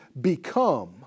become